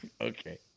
Okay